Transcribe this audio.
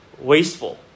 wasteful